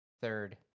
Third